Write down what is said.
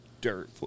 dirt